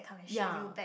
ya